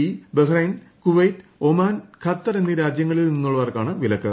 E Bahrain Kuwait Oman Qatar എന്നീ രാജ്യങ്ങളിൽ നിന്നുള്ളവർക്കാണ് വിലക്ക്